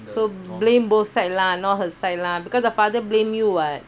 so blame both side lah not her side lah because the father blame you [what]